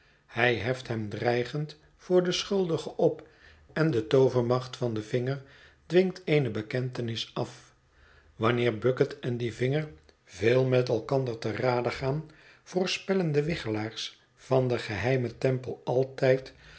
hij heft hem dreigend voor den schuldige op en de toovermacht van dien vinger dwingt eene bekentenis af wanneer bucket en die vinger veel met elkander te rade gaan voorspellen de wichelaars van den geheimen tempel altijd